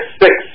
six